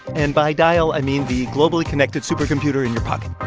and by dial, i mean the globally connected supercomputer in your pocket